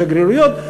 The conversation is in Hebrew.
בשגרירויות,